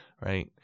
right